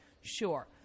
Sure